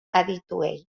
adituei